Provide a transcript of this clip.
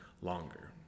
longer